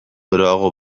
geroago